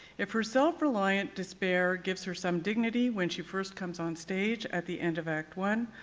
if her self-reliant despair gives her some dignity when she first comes on stage at the end of act one,